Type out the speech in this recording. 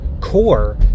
core